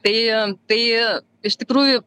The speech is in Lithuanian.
tai tai iš tikrųjų